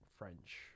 French